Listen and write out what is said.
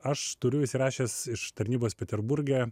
aš turiu įsirašęs iš tarnybos peterburge